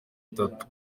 itatu